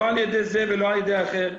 לא על ידי זה ולא על ידי אחר.